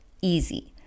easy